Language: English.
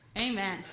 Amen